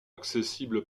accessible